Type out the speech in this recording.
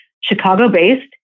Chicago-based